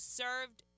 served